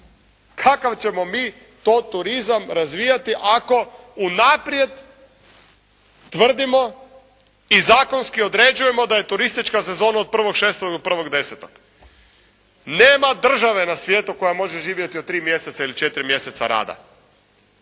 kakav ćemo mi to turizam razvijati ako unaprijed tvrdimo i zakonski određujemo da je turistička sezona od 1.6. do 1.10. Nema države na svijetu koja može živjeti od tri mjeseca ili četiri mjeseca rada.